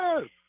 yes